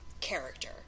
character